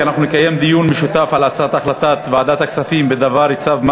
דיון משותף על הצעת ועדת הכספים בדבר צו מס